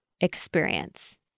experience